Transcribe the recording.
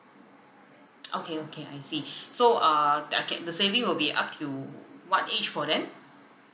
okay okay I see so err the okay the saving will be up till what age for them